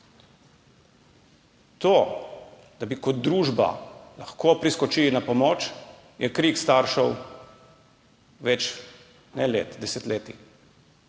To, da bi kot družba lahko priskočili na pomoč, je krik staršev ne več let, ampak desetletij.